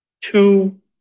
two